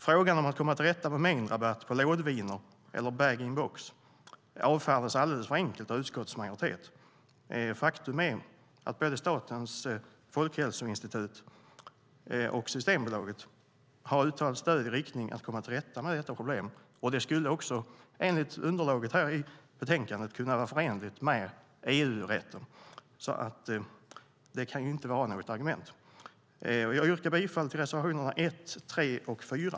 Frågan om att komma till rätta med mängdrabatt på lådviner eller bag-in-box avfärdas alldeles för enkelt av utskottets majoritet. Faktum är att både Statens folkhälsoinstitut och Systembolaget har uttalat stöd i riktning mot att komma till rätta med detta problem. Det skulle också, enligt underlaget i betänkandet, vara förenligt med EU-rätten. Det kan alltså inte vara något argument. Jag yrkar bifall till reservationerna 1, 3 och 4.